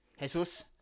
Jesus